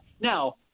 Now